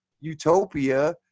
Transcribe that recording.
utopia